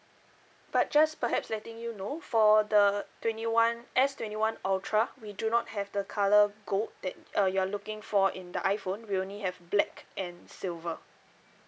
but just perhaps letting you know for the twenty one S twenty one ultra we do not have the colour gold that uh you are looking for in the iphone we only have black and silver